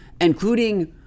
including